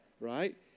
right